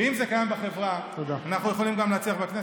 ואם זה קיים בחברה, אנחנו יכולים להצליח גם בכנסת.